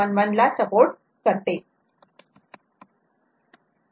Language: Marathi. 11 ला सपोर्ट करते